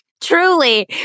truly